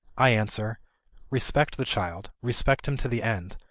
i answer respect the child, respect him to the end,